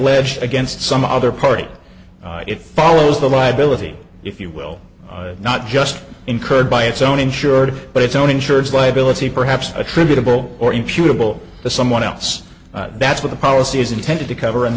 alleged against some other party it follows the liability if you will not just incurred by its own insured but its own insurance liability perhaps attributable or impute able to someone else that's what the policy is intended to cover and